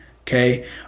Okay